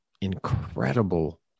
incredible